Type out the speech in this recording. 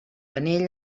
anell